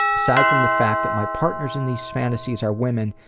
aside from the fact that my partners in these fantasies are women,